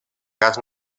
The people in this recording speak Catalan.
gas